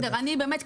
לגבי נושא חדש,